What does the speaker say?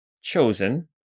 chosen